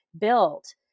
built